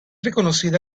reconocida